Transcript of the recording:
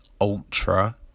Ultra